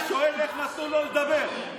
אתה שואל איך נתנו לו לדבר?